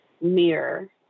mirror